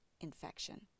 infection